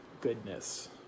goodness